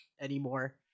anymore